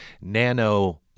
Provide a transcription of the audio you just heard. nano